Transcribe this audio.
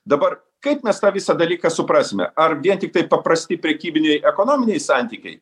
dabar kaip mes tą visą dalyką suprasime ar vien tiktai paprasti prekybiniai ekonominiai santykiai